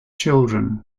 children